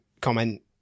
comment